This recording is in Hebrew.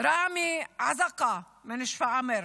ראמי עזקה משפרעם,